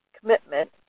commitment